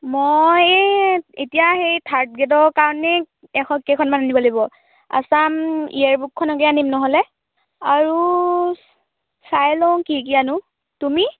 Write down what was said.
মই এই এতিয়া সেই থাৰ্ড গ্ৰেডৰ কাৰণে এশ কেইখনমান আনিব লাগিব আছাম ইয়েৰ বুকখনকে আনিম নহ'লে আৰু চাই লওঁ কি কি আনো তুমি